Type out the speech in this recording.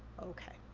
okay.